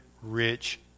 rich